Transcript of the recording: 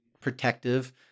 protective